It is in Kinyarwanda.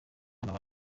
inama